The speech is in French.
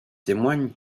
témoignent